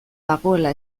dagoela